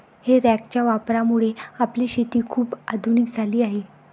हे रॅकच्या वापरामुळे आपली शेती खूप आधुनिक झाली आहे